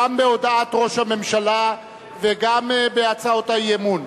גם בהודעת ראש הממשלה וגם בהצעות האי-אמון.